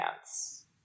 dance